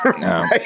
no